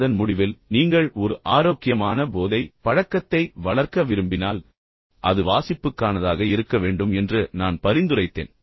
அதன் முடிவில் நீங்கள் ஒரு ஆரோக்கியமான போதை பழக்கத்தை வளர்க்க விரும்பினால் அது வாசிப்புக்கானதாக இருக்க வேண்டும் என்று நான் பரிந்துரைத்தேன்